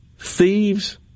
Thieves